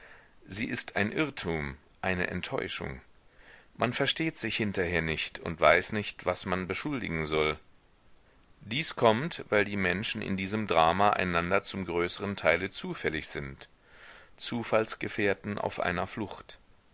sie ist ein irrtum eine enttäuschung man versteht sich hinterher nicht und weiß nicht was man beschuldigen soll dies kommt weil die menschen in diesem drama einander zum größeren teile zufällig sind zufallsgefährten auf einer flucht